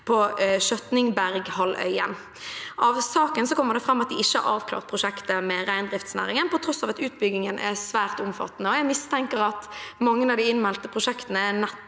på Skjøtningberghalvøya. Av saken kommer det fram at de ikke har avklart prosjektet med reindriftsnæringen, på tross av at utbyggingen er svært omfattende. Jeg mistenker at mange av de innmeldte prosjektene